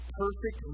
perfect